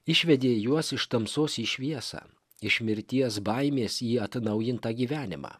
išvedė juos iš tamsos į šviesą iš mirties baimės į atnaujintą gyvenimą